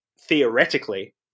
theoretically